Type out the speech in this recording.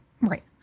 right